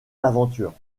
l’aventure